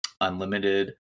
unlimited